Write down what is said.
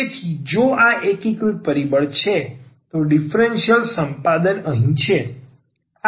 તેથી જો આ એકીકૃત પરિબળ છે તો ડીફરન્સીયલ સંપાદન અહીં છે